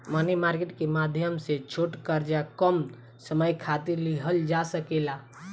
मनी market के माध्यम से छोट कर्जा कम समय खातिर लिहल जा सकेला